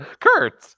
Kurt